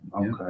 Okay